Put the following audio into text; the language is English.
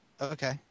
Okay